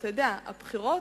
ואתה יודע, הבחירות,